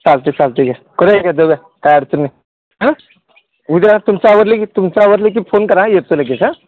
चालते चालते की करुया की दादा काय अडचण नाही हां उद्या तुमचं आवरलं की तुमचं आवरलं की फोन करा येतो लगेच हा